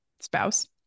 spouse